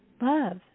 Love